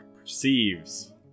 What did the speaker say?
perceives